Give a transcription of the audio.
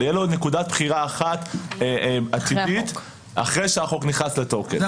אבל יהיה לו עוד נקודת בחירה אחת עתידית אחרי שהחוק נכנס לתוקף.